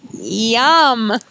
Yum